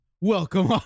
welcome